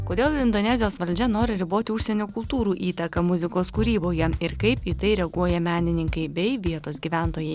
kodėl indonezijos valdžia nori riboti užsienio kultūrų įtaką muzikos kūryboje ir kaip į tai reaguoja menininkai bei vietos gyventojai